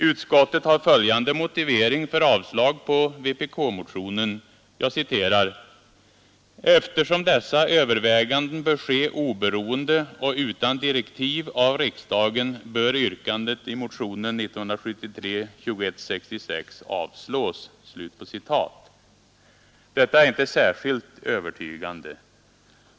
Utskottet har följande motivering för avslag på vpk-motionen: ”Eftersom dessa överväganden bör ske oberoende och utan direktiv av riksdagen bör yrkandet i motionen 1973:2166 avslås.” Detta är inte särskilt övertygande.